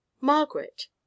margaret